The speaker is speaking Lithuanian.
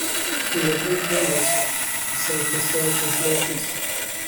nekreipk dėmesio pasakė svečiui flešas